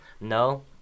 no